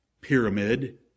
pyramid